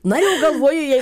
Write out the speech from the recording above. na jau galvoju jei